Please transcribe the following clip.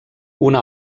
una